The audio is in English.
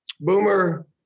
Boomer